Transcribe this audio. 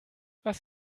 was